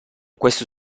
questo